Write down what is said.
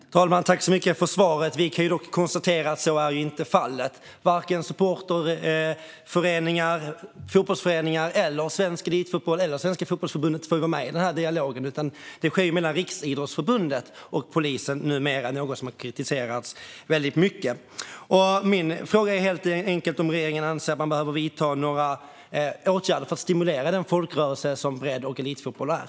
Fru talman! Jag tackar för svaret. Vi kan dock konstatera att så inte är fallet. Varken supporterföreningar, fotbollsföreningar, Svensk Elitfotboll eller Svenska Fotbollförbundet får vara med i denna dialog. Detta sker numera mellan Riksidrottsförbundet och polisen, vilket är något som har kritiserats väldigt mycket. Min fråga är helt enkelt om regeringen anser att man behöver vidta några åtgärder för att stimulera den folkrörelse som bredd och elitfotboll är.